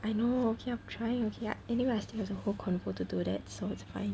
I know okay I'm trying I anyway I still has a whole convo to do that so it's fine